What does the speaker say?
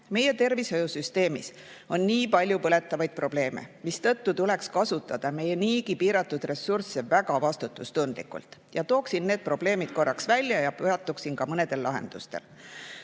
Meie tervishoiusüsteemis on nii palju põletavaid probleeme, seetõttu tuleks kasutada meie niigi piiratud ressursse väga vastutustundlikult. Tooksin need probleemid korraks välja ja peatuksin ka mõnedel lahendustel.